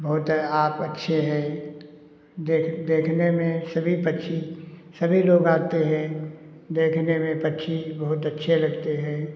बहुत आप अच्छे हैं देख देखने में सभी पक्षी सभी लोग आते हैं देखने में पक्षी बहुत अच्छे लगते हैं